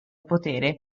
potere